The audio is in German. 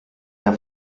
der